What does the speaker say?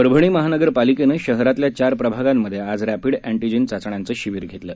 परभणी महानगरपालिकेनं शहरातल्या चार प्रभागांमधे आज रप्रीड अँटीजेन चाचण्यांचं शिबीर घेतलं